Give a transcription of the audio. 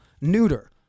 neuter